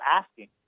asking